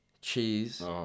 cheese